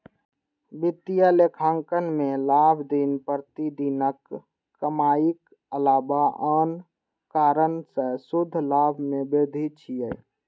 वित्तीय लेखांकन मे लाभ दिन प्रतिदिनक कमाइक अलावा आन कारण सं शुद्ध लाभ मे वृद्धि छियै